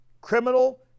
criminal